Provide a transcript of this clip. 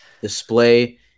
display